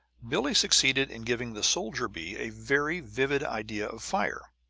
billie succeeded in giving the soldier bee a very vivid idea of fire.